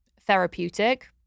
therapeutic